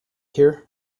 here